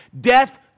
Death